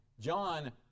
John